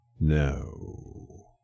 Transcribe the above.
No